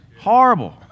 horrible